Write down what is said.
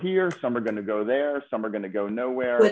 here some are going to go there some are going to go nowhere